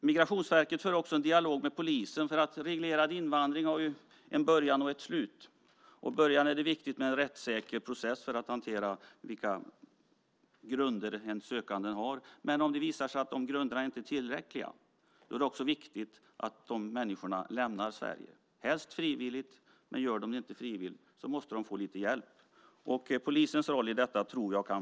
Migrationsverket för också en dialog med polisen. Reglerad invandring har en början och ett slut. I början är det viktigt med en rättssäker process för att hantera vilka grunder den sökande har. Men om det visar sig att de grunderna inte är tillräckliga är det viktigt att människorna det handlar om lämnar Sverige. Det ska helst ske frivilligt. Men om de inte gör det frivilligt måste de få lite hjälp. Jag tror att polisens roll i detta kan förbättras.